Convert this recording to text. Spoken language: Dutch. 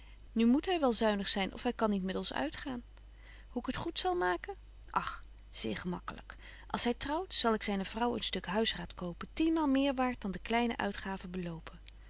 nu moet hy wel zuinig zyn of hy kan niet met ons uitgaan hoe ik het goed zal maken och zeer gemakkelyk als hy trouwt zal ik zyne vrouw een stuk huisraad kopen tienmaal meer waart dan die kleine uitgaven belopen